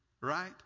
right